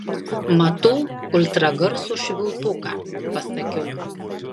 matau ultragarso švilpuką pasakiau